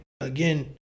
again